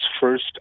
first